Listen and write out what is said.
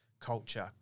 culture